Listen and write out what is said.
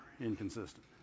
inconsistent